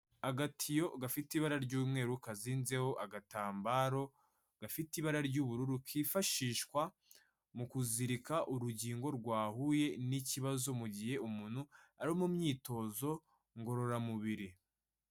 Agatiyo gafite ibara ry'umweru, kazinzeho agatambaro gafite ibara ry'ubururu, kifashishwa mu kuzirika urugingo rwahuye n'ikibazo mu gihe umuntu ari mu myitozo ngororamubiri.